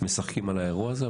משחקים על האירוע הזה.